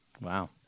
Wow